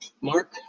Mark